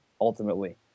ultimately